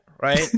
right